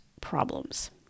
problems